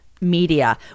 media